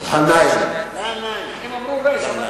כבוד השר, העיקר התשובה.